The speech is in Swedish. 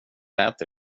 lät